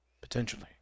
potentially